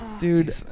dude